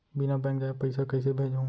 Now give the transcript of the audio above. बिना बैंक जाए पइसा कइसे भेजहूँ?